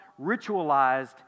ritualized